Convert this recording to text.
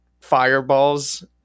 fireballs